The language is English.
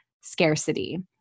scarcity